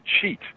cheat